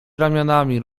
ramionami